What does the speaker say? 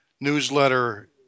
newsletter